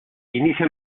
inicia